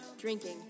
drinking